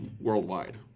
worldwide